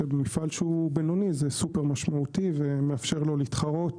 ומפעל שהוא בינוני זה סופר משמעותי ומאפשר לו להתחרות